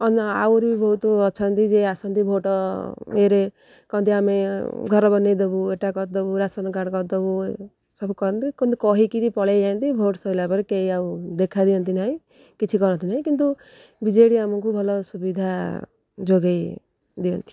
ଅନ୍ୟ ଆହୁରି ବି ବହୁତ ଅଛନ୍ତି ଯେ ଆସନ୍ତି ଭୋଟ୍ ଇଏରେ କହନ୍ତି ଆମେ ଘର ବନାଇଦବୁ ଏଟା କରିଦେବୁ ରାସନ୍ କାର୍ଡ଼୍ କରିଦେବୁ ସବୁ କରନ୍ତି କୁହନ୍ତି କହିକରି ପଳାଇ ଯାଆନ୍ତି ଭୋଟ୍ ସରିଲା ପରେ କେହି ଆଉ ଦେଖା ଦିଅନ୍ତି ନାହିଁ କିଛି କରନ୍ତି ନାହିଁ କିନ୍ତୁ ବିଜେଡ଼ି ଆମକୁ ଭଲ ସୁବିଧା ଯୋଗାଇ ଦିଅନ୍ତି